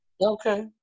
Okay